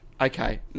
Okay